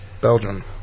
Belgium